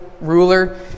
ruler